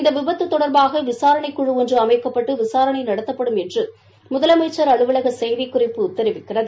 இந்த விபத்து தொடர்பாக விசாரணை குழு ஒன்று அமைக்கப்பட்டு விசாரணை நடத்தப்படும் என்று முதலமைச்சர் அலுவலக செய்திக்குறிப்பு தெரிவிக்கிறது